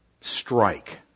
strike